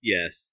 Yes